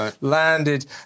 landed